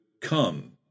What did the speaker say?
come